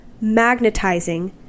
magnetizing